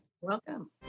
Welcome